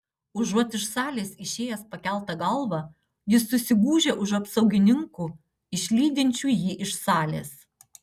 užuot iš salės išėjęs pakelta galva jis susigūžia už apsaugininkų išlydinčių jį iš salės